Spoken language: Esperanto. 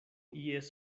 ies